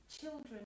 children